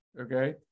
Okay